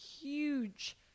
huge